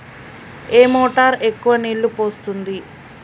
ఏ motor ఎక్కువ నీళ్లు పోస్తుంది?